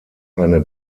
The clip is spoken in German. eine